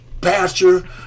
pasture